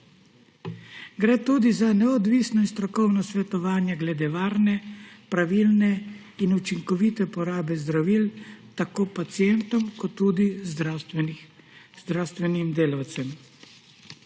Gre tudi za neodvisno in strokovno svetovanje glede varne, pravilne in učinkovite porabe zdravil tako pacientom kot tudi zdravstvenim delavcem.